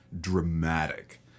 dramatic